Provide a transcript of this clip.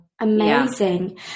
Amazing